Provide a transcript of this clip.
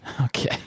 Okay